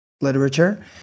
literature